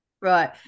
Right